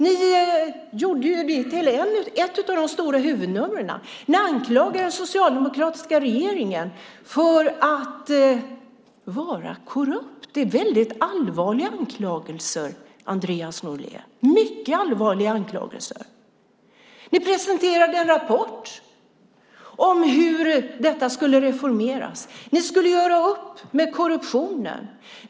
Ni gjorde den till ett av de stora huvudnumren. Ni anklagade den socialdemokratiska regeringen för att vara korrupt. Det är mycket allvarliga anklagelser, Andreas Norlén. Ni presenterade en rapport om hur detta skulle reformeras. Ni skulle göra upp med korruptionen.